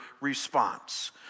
response